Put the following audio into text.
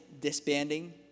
disbanding